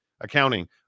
accounting